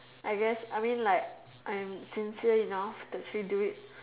I guess I mean like I'm sincere enough to actually do it